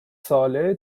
ساله